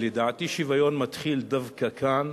לדעתי, שוויון מתחיל דווקא כאן.